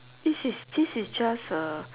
this is this is just a